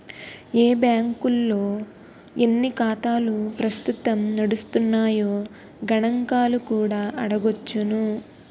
ఏ బాంకుల్లో ఎన్ని ఖాతాలు ప్రస్తుతం నడుస్తున్నాయో గణంకాలు కూడా అడగొచ్చును